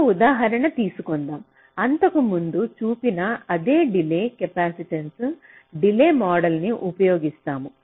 ఒక ఉదాహరణ తీసుకుందాం అంతకుముందు చూపిన అదే డిలే కెపాసిటెన్స్ డిలే మోడల్ని ఉపయోగిస్తాము